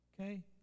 Okay